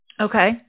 Okay